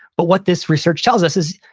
but what this research tells us is,